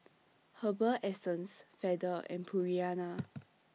Herbal Essences Feather and Purina